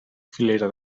filera